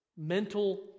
mental